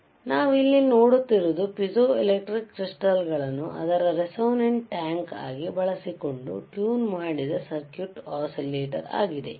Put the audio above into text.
ಆದ್ದರಿಂದ ನಾವು ಇಲ್ಲಿ ನೋಡುತ್ತಿರುವುದು ಪೀಜೋಎಲೆಕ್ಟ್ರಿಕ್ ಕೃಸ್ಟಾಲ್ ಗಳನ್ನು ಅದರ ರೇಸೋನೆಂಟ್ ಟ್ಯಾಂಕ್ ಆಗಿ ಬಳಸಿಕೊಂಡು ಟ್ಯೂನ್ ಮಾಡಿದ ಸರ್ಕ್ಯೂಟ್ ಒಸಿಲೇಟಾರ್ ಆಗಿದೆ